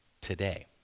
today